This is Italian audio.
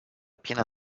piena